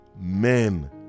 men